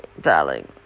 darling